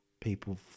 people